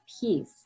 peace